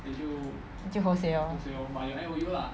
then 就 hosei liao